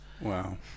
wow